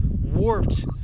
warped